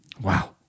Wow